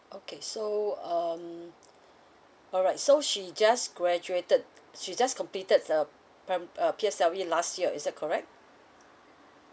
okay so um alright so she just graduated she just completed uh pri~ P_S_L_E last year is that correct